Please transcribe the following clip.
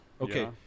Okay